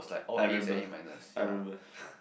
I remember I remember